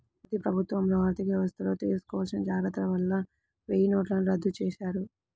మోదీ ప్రభుత్వంలో ఆర్ధికవ్యవస్థల్లో తీసుకోవాల్సిన జాగర్తల వల్ల వెయ్యినోట్లను రద్దు చేశారు